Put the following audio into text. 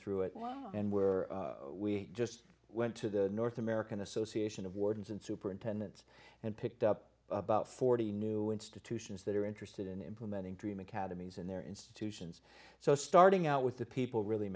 through it and where we just went to the north american association of wardens and superintendents and picked up about forty new institutions that are interested in implementing dream academies in their institutions so starting out with the people really